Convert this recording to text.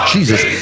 Jesus